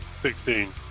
sixteen